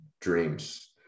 dreams